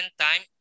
time